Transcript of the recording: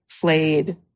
played